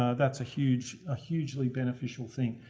ah that's a huge, a hugely beneficial thing.